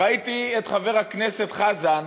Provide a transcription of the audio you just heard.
ראיתי את חבר הכנסת חזן